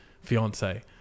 fiance